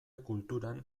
kulturan